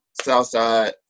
Southside